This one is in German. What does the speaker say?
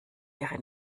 ihre